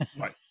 Right